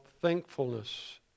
thankfulness